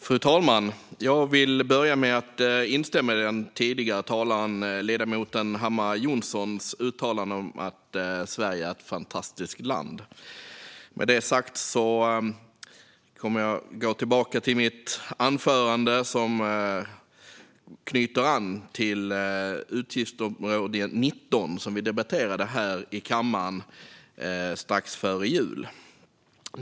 Fru talman! Jag vill börja med att instämma i ledamoten Hammar Johnssons uttalande om att Sverige är ett fantastiskt land. Med det sagt går jag tillbaka till mitt anförande. Det knyter an till utgiftsområde 19, som vi debatterade här i kammaren strax före jul.